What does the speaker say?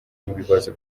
n’ibibazo